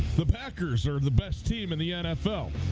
the packers are the best team in the nfl